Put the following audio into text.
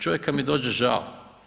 Čovjeka mi dođe žao.